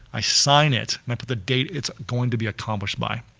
i sign it and i put the date it's going to be accomplished by.